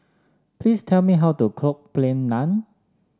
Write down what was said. please tell me how to cook Plain Naan